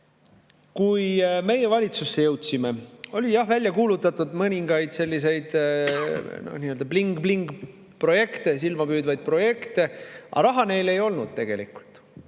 meie valitsusse jõudsime, oli välja kuulutatud mõningaid selliseid bling-bling-projekte, [pilku]püüdvaid projekte, aga raha neile tegelikult